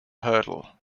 hurdle